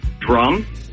Drum